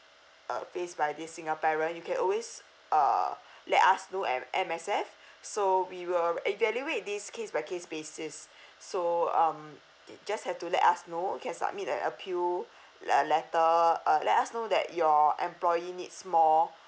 uh faced by this single parent you can always uh let us know at M_S_F so we will evaluate this case by case basis so um it just have to let us know can submit the appeal le~ uh letter uh let us know your employee needs more